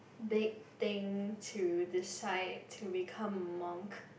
big thing to decide to become monk